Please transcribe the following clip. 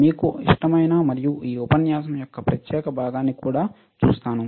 మీకు ఇష్టమైన మరియు ఈ ఉపన్యాసం యొక్క ప్రత్యేక భాగాన్ని కూడా చూస్తాము